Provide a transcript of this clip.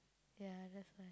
ya that's why